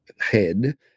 head